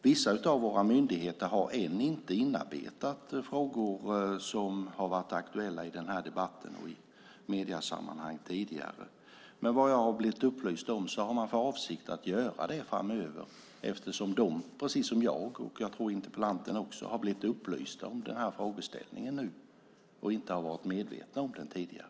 Vissa av våra myndigheter har ännu inte inarbetat de frågor som har varit aktuella i den här debatten och i mediesammanhanget tidigare. Såvitt jag har blivit upplyst om har man dock för avsikt att göra det framöver eftersom myndigheterna precis som jag och, tror jag, interpellanten har blivit upplysta om den här frågeställningen nu och inte har varit medvetna om den tidigare.